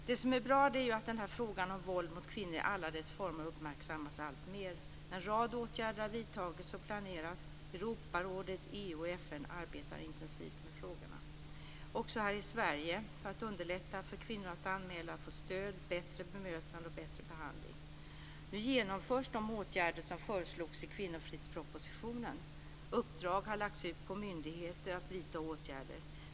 Det är bra att frågan om våld mot kvinnor i alla dess former uppmärksammas alltmer. En rad åtgärder har vidtagits och planeras. Europarådet, EU och FN arbetar intensivt med frågorna. Också här i Sverige arbetas det för att underlätta för kvinnor att anmäla, få stöd, bättre bemötande och bättre behandling. Nu genomförs de åtgärder som föreslogs i kvinnofridspropositionen. Uppdrag har lagts ut på myndigheter att vidta åtgärder.